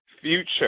future